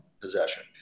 possession